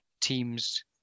team's